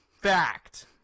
fact